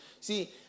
See